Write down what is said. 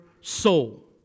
soul